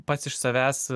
pats iš savęs